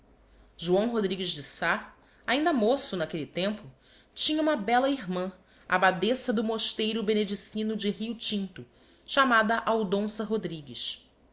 joão rodrigues de sá ainda moço n'aquelle tempo tinha uma bella irmã abbadessa do mosteiro benedicino de rio tinto chamada aldonsa rodrigues